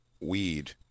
weed